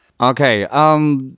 Okay